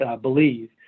believe